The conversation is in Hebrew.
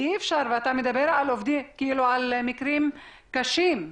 אתה מדבר על מקרים קשים,